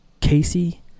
Casey